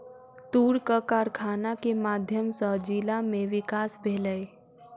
तूरक कारखाना के माध्यम सॅ जिला में विकास भेलै